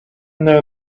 know